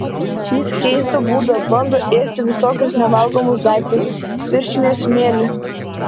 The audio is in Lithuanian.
jis keisto būdo bando ėsti visokius nevalgomus daiktus pirštines smėlį